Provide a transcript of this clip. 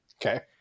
Okay